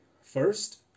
First